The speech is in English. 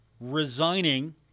resigning